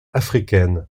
africaine